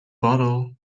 bottle